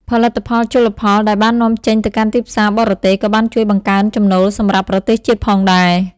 ផលិតផលជលផលដែលបាននាំចេញទៅកាន់ទីផ្សារបរទេសក៏បានជួយបង្កើនចំណូលសម្រាប់ប្រទេសជាតិផងដែរ។